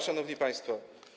szanowni państwo.